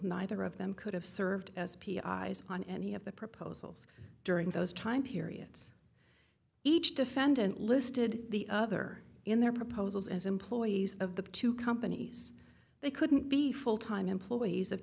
neither of them could have served as p i's on any of the proposals during those time periods each defendant listed the other in their proposals as employees of the two companies they couldn't be full time employees of